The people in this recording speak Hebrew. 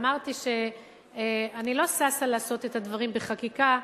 אמרתי שאני לא ששה לעשות את הדברים בחקיקה.